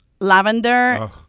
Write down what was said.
Lavender